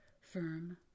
firm